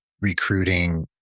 recruiting